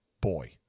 boy